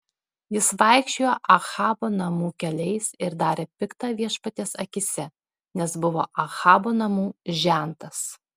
jis vaikščiojo ahabo namų keliais ir darė pikta viešpaties akyse nes buvo ahabo namų žentas